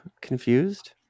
confused